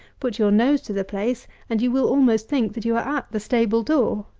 put your nose to the place, and you will almost think that you are at the stable door.